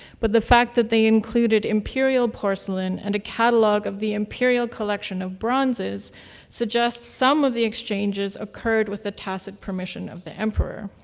but the fact that they included imperial porcelain and a catalog of the imperial collection of bronzes suggests some of the exchanges occurred with the tacit permission of the emperor.